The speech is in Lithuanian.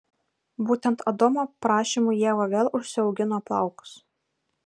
būtent adomo prašymu ieva vėl užsiaugino plaukus